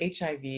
HIV